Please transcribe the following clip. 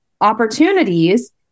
opportunities